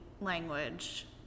language